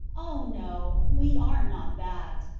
oh, no, we are not that.